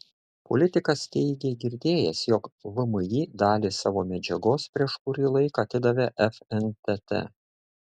politikas teigė girdėjęs jog vmi dalį savo medžiagos prieš kurį laiką atidavė fntt